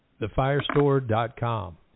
TheFireStore.com